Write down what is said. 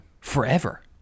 forever